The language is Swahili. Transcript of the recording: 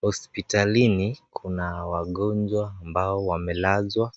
Hospitalini kuna wagonjwa ambao wamelazwa